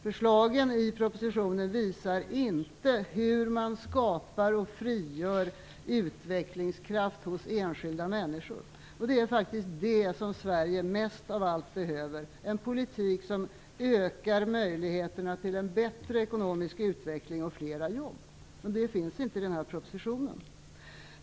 Förslagen i propositionen visar inte hur man skapar och frigör utvecklingskraft hos enskilda människor, och det är faktiskt det som Sverige mest av allt behöver: en politik som ökar möjligheterna till en bättre ekonomisk utveckling och flera jobb. Det finns inte i den här propositionen.